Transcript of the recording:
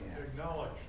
acknowledge